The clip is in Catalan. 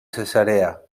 cesarea